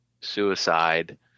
suicide